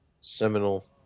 seminal